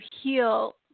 heal